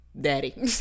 daddy